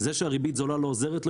זה שהריבית זולה לא עוזרת להם,